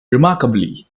remarkably